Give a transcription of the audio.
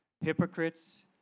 hypocrites